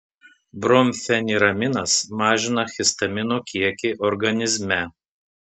bromfeniraminas mažina histamino kiekį organizme